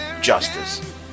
justice